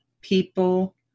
people